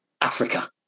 Africa